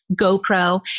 GoPro